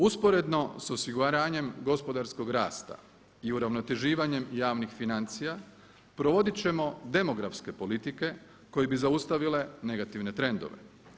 Usporedno s osiguranjem gospodarskog rasta i uravnoteživanjem javnih financija provodit ćemo demografske politike koje bi zaustavile negativne trendove.